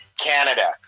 Canada